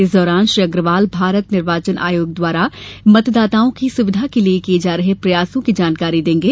इस दौरान श्री अग्रवाल भारत निर्वाचन आयोग द्वारा मतदाताओं की सुविधा के लिए किये जा रहे प्रयासों की जानकारी देंगे